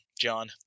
John